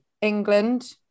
England